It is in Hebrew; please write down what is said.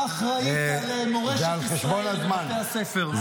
על מורשת ישראל בבתי הספר.